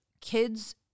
kids